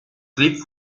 clip